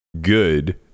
good